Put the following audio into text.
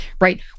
right